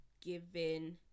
given